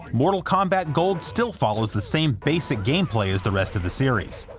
mortal kombat gold still follows the same basic gameplay as the rest of the series,